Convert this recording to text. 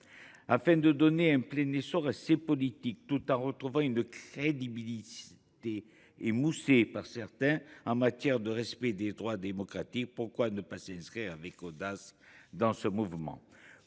Afin de donner un plein essor à ces politiques, tout en retrouvant une crédibilité émoussée par certains en matière de respect des droits démocratiques, pourquoi ne pas s’inscrire avec audace dans ce mouvement ?